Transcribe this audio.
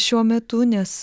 šiuo metu nes